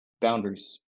boundaries